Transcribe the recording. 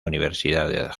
universidad